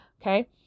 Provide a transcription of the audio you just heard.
Okay